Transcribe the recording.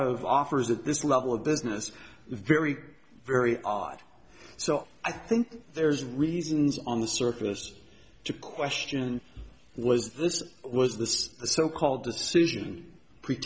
of offers at this level of business very very odd so i think there's reasons on the surface to question was this was this so called decision pre